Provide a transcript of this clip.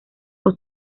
con